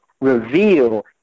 reveal